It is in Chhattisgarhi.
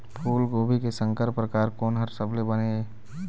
फूलगोभी के संकर परकार कोन हर सबले बने ये?